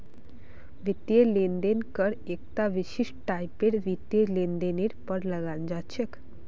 वित्तीय लेन देन कर एकता विशिष्ट टाइपेर वित्तीय लेनदेनेर पर लगाल जा छेक